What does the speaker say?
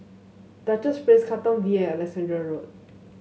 Duchess Place Katong V and Alexandra Road